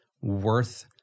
worth